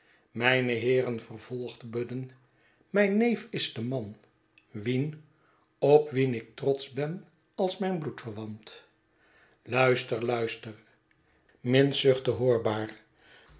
mijne heeren vervolgde budden mijn neef is de man wien op wien ik trotsch ben als mijn bloedverwant luister luister minns